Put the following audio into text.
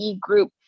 Group